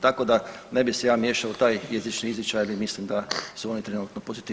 Tako da ne bi se ja miješao u taj jezični izričaj, ali mislim da su oni trenutno pozitivci.